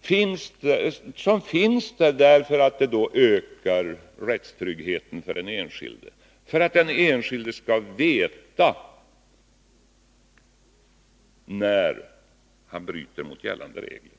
finns där för att öka rättstryggheten för den enskilde och för att den enskilde skall veta när han bryter mot gällande regler.